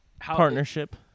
Partnership